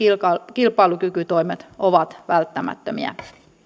kilpailukykytoimet ovat välttämättömiä